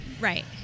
right